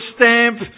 stamp